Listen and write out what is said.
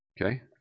Okay